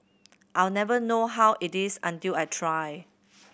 I'll never know how it is until I try